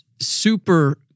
super